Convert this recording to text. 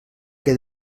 que